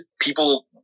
People